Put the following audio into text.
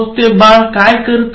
मग ते बाळ काय करत